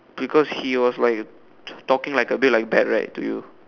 because he was like talking like a bit like bad right to you